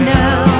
now